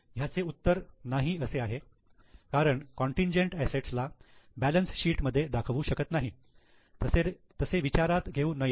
याचे उत्तर 'नाही' असे आहे कारण कॉन्टिनजेन्ट असेट्स ला बॅलन्स शीट मध्ये दाखवू शकत नाही तसे विचारात घेऊ नये